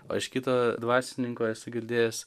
o iš kito dvasininko esu girdėjęs